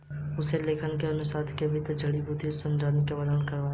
उसने अपने लेखांकन अनुसंधान में वित्त से जुड़ी सभी बातों का अच्छे से वर्णन करा हुआ था